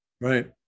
Right